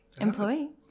employee